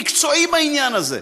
מקצועי בעניין הזה,